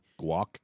Guac